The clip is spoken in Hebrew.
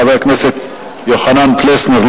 חבר הכנסת יוחנן פלסנר,